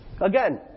Again